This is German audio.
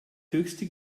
höchste